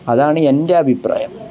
അതാണ് എൻ്റെ അഭിപ്രായം